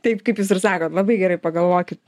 taip kaip jūs ir sakot labai gerai pagalvokit